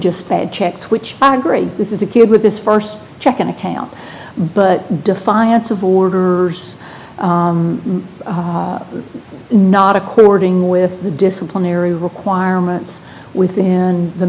just a check which i agree this is a kid with his st checking account but defiance of borders not according with the disciplinary requirements within the